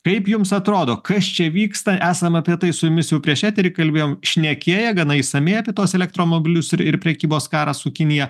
kaip jums atrodo kas čia vyksta esam apie tai su jumis jau prieš eterį kalbėjom šnekėję gana išsamiai apie tuos elektromobilius ir ir prekybos karą su kinija